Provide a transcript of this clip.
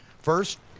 first,